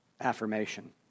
affirmation